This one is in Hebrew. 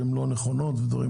שהן לא נכונות וכד'.